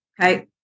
okay